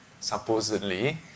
Supposedly